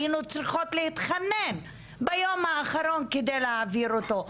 היינו צריכות להתחנן ביום האחרון כדי להעביר אותו.